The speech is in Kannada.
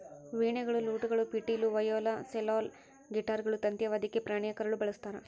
ವೀಣೆಗಳು ಲೂಟ್ಗಳು ಪಿಟೀಲು ವಯೋಲಾ ಸೆಲ್ಲೋಲ್ ಗಿಟಾರ್ಗಳು ತಂತಿಯ ವಾದ್ಯಕ್ಕೆ ಪ್ರಾಣಿಯ ಕರಳು ಬಳಸ್ತಾರ